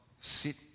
sit